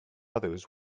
others